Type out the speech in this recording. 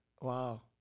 Wow